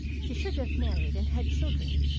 she should have married and had children,